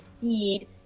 seed